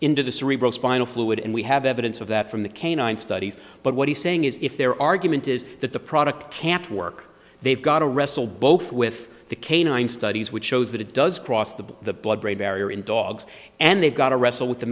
into the cerebral spinal fluid and we have evidence of that from the canine studies but what he's saying is if their argument is that the product can't work they've got to wrestle both with the canine studies which shows that it does cross the the blood brain barrier in dogs and they've got to wrestle with the